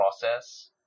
process